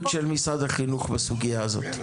והסמכות של משרד החינוך בסוגייה הזו?